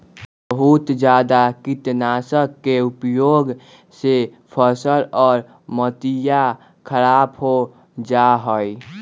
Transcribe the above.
बहुत जादा कीटनाशक के उपयोग से फसल और मटिया खराब हो जाहई